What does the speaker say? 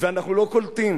ואנחנו לא קולטים.